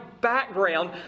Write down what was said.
background